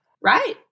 right